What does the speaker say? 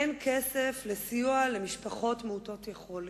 אין כסף לסיוע למשפחות מעוטות יכולת.